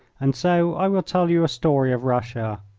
and so i will tell you a story of russia.